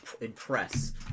impress